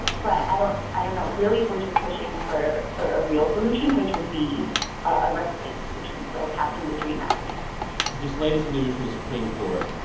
but i don't i don't know. really, we're just pushing for for a real solution, which would be a legislative solution so passing the dream act this latest news from the supreme court,